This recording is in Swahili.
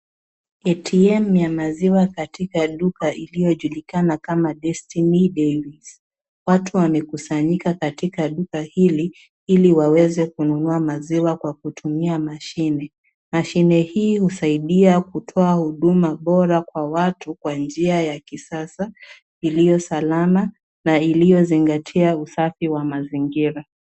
ATM ya maziwa katika duka iliyojulikana kama Destiny Dairies. Watu wamekusanyika katika duka hili, ili waweze kununua maziwa kwa kutumia mashine. Mashine hii husaidia kutoa huduma bora kwa watu kwa njia ya kisasa iliyo salama na iliyozingatia usafi wa mazingira.